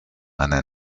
einer